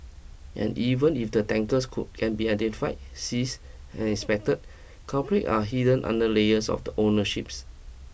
and even if the tankers could can be identified seize and inspected culprit are hidden under layers of the ownerships